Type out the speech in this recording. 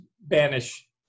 banish